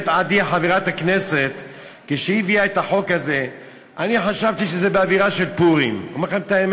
אני אומר את זה.